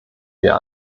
wir